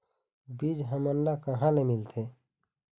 बीज हमन ला कहां ले मिलथे?